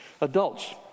Adults